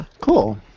Cool